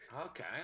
Okay